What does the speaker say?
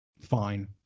fine